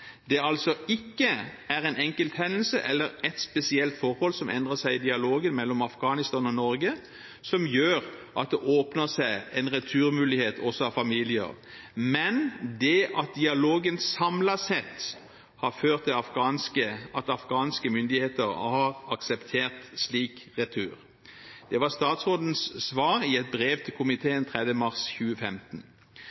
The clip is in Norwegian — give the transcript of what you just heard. det altså ikke en enkelthendelse eller ett spesielt forhold som endrer seg i dialogen mellom Afghanistan og Norge som gjør at det åpner seg en returmulighet også av familier, men det at dialogen samlet sett har ført til at afghanske myndigheter har akseptert slik retur.» Det var statsrådens svar i et brev til komitéen 4. mars 2015.